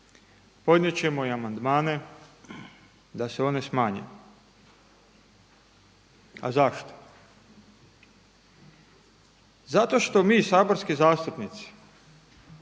podnijet ćemo i amandmane da se one smanje. A zašto? Zato što mi saborski zastupnici